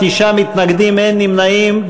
תשעה מתנגדים, אין נמנעים.